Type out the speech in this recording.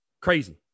Crazy